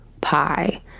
pie